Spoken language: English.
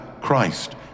Christ